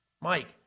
Mike